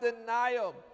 denial